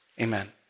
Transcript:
amen